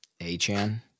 A-Chan